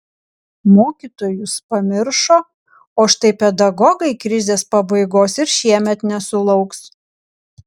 mokytojus pamiršo o štai pedagogai krizės pabaigos ir šiemet nesulauks